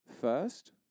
First